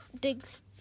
digs